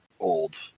old